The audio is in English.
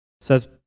Says